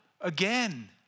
again